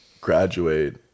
graduate –